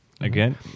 Again